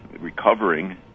recovering